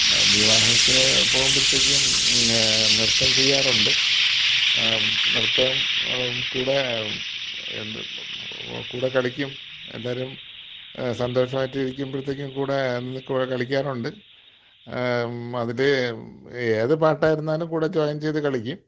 വിവാഹത്തിന് പോകുമ്പോഴത്തേക്കും നൃത്തം ചെയ്യാറുണ്ട് നൃത്തം കൂടി എന്ത് കൂടെ കളിക്കും എല്ലാവരും സന്തോഷമായിട്ട് ഇരിക്കുമ്പോഴത്തേക്കും കൂടി മിക്കവാറും കളിക്കാറുണ്ട് അതിൽ ഏത് പാട്ട് ആയിരുന്നാലും കൂടെ ജോയിൻ ചെയ്തു കളിക്കും